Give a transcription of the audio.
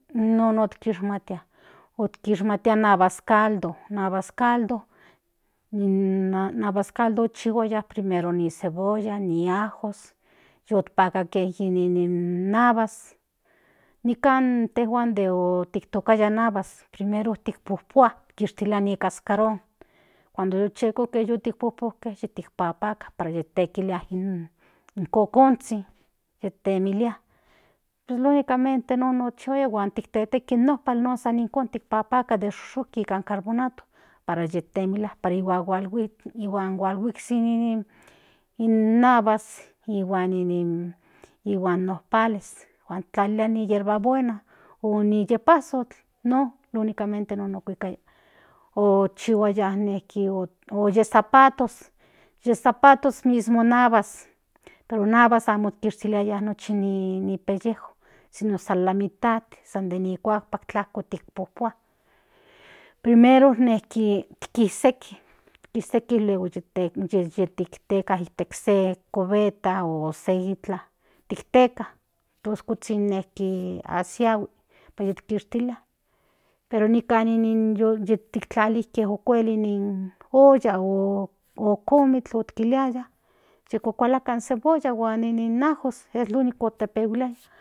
Non okishmatia okishmatia in aguascaldo in aguascaldo okchihuaya primero ni cebolla ni ajo yutpakajke ni avas nikan intejuan tiktokaya in avas primero tijpopua kishtiliaya ni cascaron cunado yu popujke yi tekilia in coconzhin tiktemilia pues lógicamente asi mochihuaya huan tikteki 9n nompal tikpakpaka nikan carboato para yiktemilia ni huan huitsi in avas ni huannin nopales huan tlalilia ni herbabuena o ni yepazol non únicamente non ukuikaya o yekchihuaya o de zapatos in zapatos mismo avas pero amo ishtialiya nochi ni pellejo san nin mitad san de tlakpak tik popua primero kis seki luego yiktekteca nika se cubeta o se itlan tikteka pues kuzhin ne isiahui kishtilia pero nipan tuk tlalijke okuel olla o komikl yikuakalakatl in cebolla huan ajo es lo único.